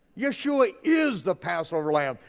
yeshua is the passover lamb,